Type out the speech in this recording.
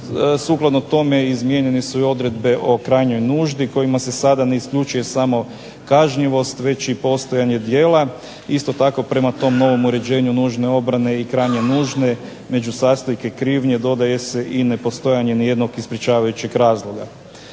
Sukladno tome izmijenjene su i odredbe o krajnjoj nuždi kojima se sada ne isključuje samo kažnjivost već i postojanje djela. Isto tako prema tom novom uređenju nužne obrane i krajnje nužde među sastojke krivnje dodaje se i nepostojanje nijednog ispričavajućeg razloga.